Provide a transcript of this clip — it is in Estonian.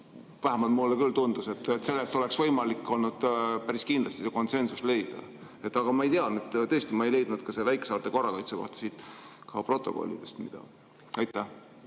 Vähemalt mulle küll tundus, et selles oleks võimalik olnud päris kindlasti konsensus leida. Aga ma ei tea nüüd, tõesti, ma ei leidnud väikesaarte korrakaitse kohta ka siit protokollidest midagi.